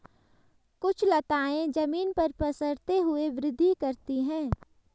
कुछ लताएं जमीन पर पसरते हुए वृद्धि करती हैं